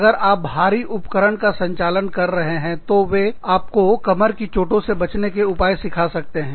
अगर आप भारी उपकरण का संचालन कर रहे हैं तो वे आपको कमर की चोटों से बचने के उपाय सिखा सकते हैं